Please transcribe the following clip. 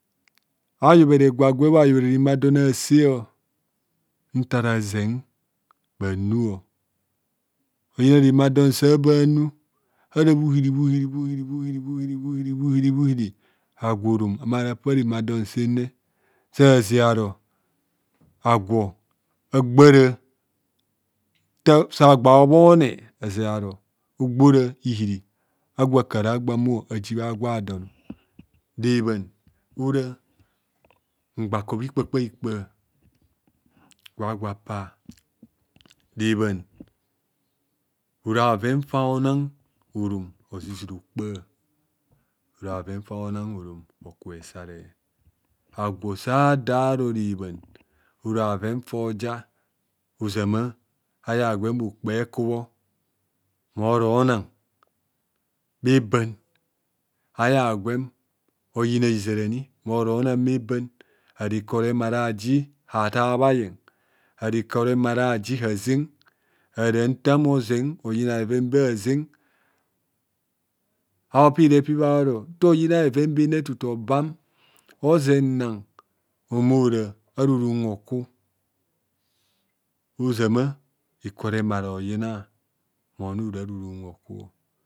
. Ayobhere gwa gwe bho ayobhere remadon ase ntarezen renuo oyina rebhan sa be bhanu ara bhuhiri bhuhiri bhuhiri bhuhiri bhuiri bhuiri bhuiri bhuiri agwo orom mmara pa bha remadon senne. saze aro agwo agbara ta sagba a'obhone aze aro ogbora ihiri agwo akara gbahumo aji bha gwa don rebhan ora mgba kobho ikpa kpaikpa gwa gwo apa rebhan ora bhoven fa bhona orom ozizira okpo ora bhoven fa bhona orom oku esare agwo sa da aro rebhan ora bhoven foja ozama aya gwem okpo ekubho moronan bheban aya gwem oyina hiza ani moro na bheban ara ikor remare aji hetabho aye ara kor remere aji aze are nta me ozen oyina bheven be aze a'opirepib a'oro nta oyina bhevenbene tutu obam ozenna mmora ara orom oku ozama. ikor remare oyina mona ora ara orom oku